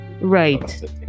Right